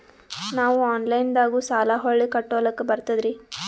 ನಾವು ಆನಲೈನದಾಗು ಸಾಲ ಹೊಳ್ಳಿ ಕಟ್ಕೋಲಕ್ಕ ಬರ್ತದ್ರಿ?